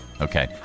Okay